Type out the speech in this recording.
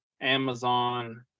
Amazon